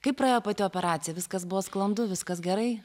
kaip praėjo pati operacija viskas buvo sklandu viskas gerai